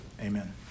Amen